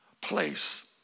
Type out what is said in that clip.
place